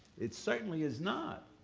it certainly is not.